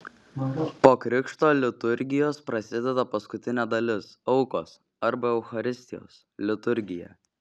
po krikšto liturgijos prasideda paskutinė dalis aukos arba eucharistijos liturgija